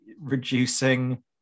reducing